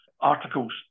articles